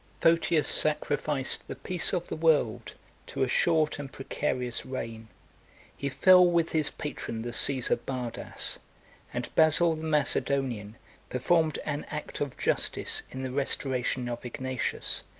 photius sacrificed the peace of the world to a short and precarious reign he fell with his patron, the caesar bardas and basil the macedonian performed an act of justice in the restoration of ignatius,